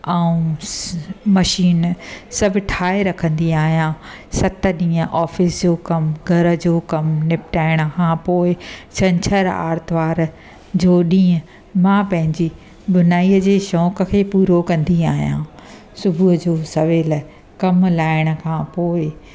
ऐं मशीन सभु ठाहे रखंदी आहियां सत ॾींहं ऑफिस जो कमु घर जो कमु निपटाइण खां पोइ छंछरु आर्तवार जो ॾींहुं मां पंहिंजी बुनाईअ जे शौक़ु खे पूरो कंदी आहियां सुबुह जो सवेल कमु लाइण खां पोइ